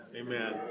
Amen